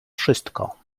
wszystko